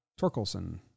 Torkelson